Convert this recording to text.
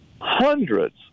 hundreds